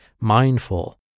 mindful